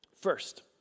First